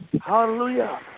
Hallelujah